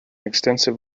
extensive